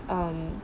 um